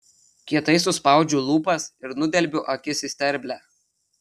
kietai suspaudžiu lūpas ir nudelbiu akis į sterblę